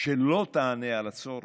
ולא תענה על הצורך,